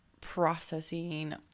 processing